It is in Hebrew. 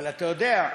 אבל אתה יודע,